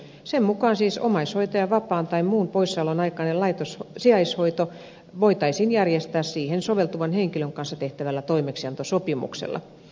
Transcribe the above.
sen mukaan siis omaishoitajan vapaan tai muun poissaolon aikainen sijaishoito voitaisiin järjestää siihen soveltuvan henkilön kanssa tehtävällä toimeksiantosopimuksella